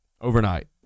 overnight